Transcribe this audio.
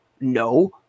No